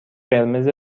قرمز